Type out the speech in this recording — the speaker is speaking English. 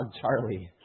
Charlie